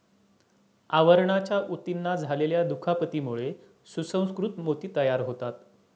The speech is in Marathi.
आवरणाच्या ऊतींना झालेल्या दुखापतीमुळे सुसंस्कृत मोती तयार होतात